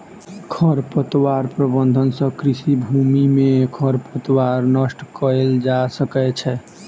खरपतवार प्रबंधन सँ कृषि भूमि में खरपतवार नष्ट कएल जा सकै छै